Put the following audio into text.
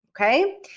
Okay